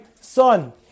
son